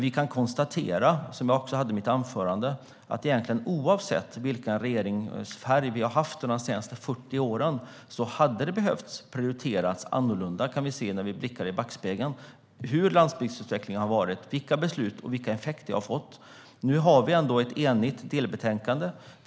Vi kan konstatera, vilket jag också sa i mitt anförande, att egentligen oavsett vilken regeringsfärg vi har haft de senaste 40 åren hade man behövt prioritera annorlunda. När vi blickar i backspegeln kan vi ju se hur landsbygdsutvecklingen har varit, vilka beslut som har tagits och vilka effekter det har fått. Nu har vi ändå ett delbetänkande där vi är eniga.